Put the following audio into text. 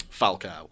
Falcao